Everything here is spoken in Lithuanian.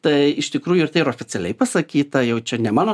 tai iš tikrųjų ir tai yra oficialiai pasakyta jau čia ne mano